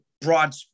broad